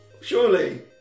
surely